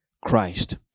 Christ